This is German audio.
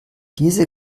diese